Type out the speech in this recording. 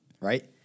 right